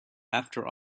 after